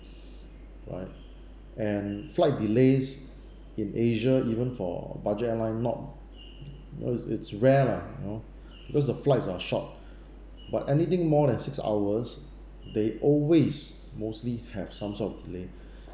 right and flight delays in asia even for budget airline not you know it's it's rare lah you know because the flights are short but anything more than six hours they always mostly have some sort of delay